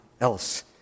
else